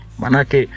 manake